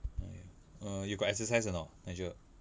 !aiya! uh you got exercise or not nigel